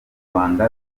rwanda